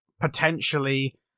potentially